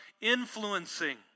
influencing